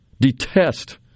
detest